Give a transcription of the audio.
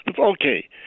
okay